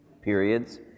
periods